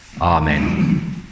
Amen